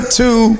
two